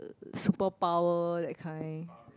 superpower that kind